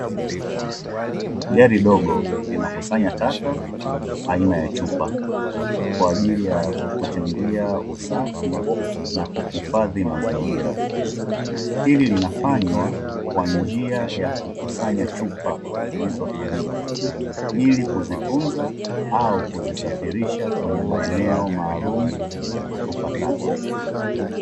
Gari dogo linakusanya taka aina ya chupa kwa ajili ya kuchangia usafi na kuhifadhi mazingira. Hili linafanywa kwa njia ya kukusanya chupa zilizotumika, ili kuzitunza au kuzisafirisha kwenye maeneo maalum ya kutupa taka.